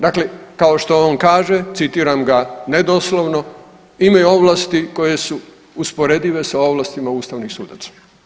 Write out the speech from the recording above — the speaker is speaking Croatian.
Dakle, kao što on kaže citiram ga ne doslovno imaju ovlasti koje su usporedive sa ovlastima ustavnih sudaca.